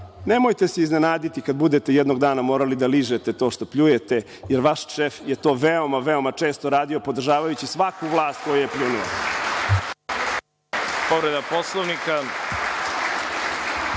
nemojte se iznenaditi kad budete jednog dana morali da ližete to što pljujete jer vaš šef je to veoma, veoma često radio, podržavajući svaku vlast koju je pljunula.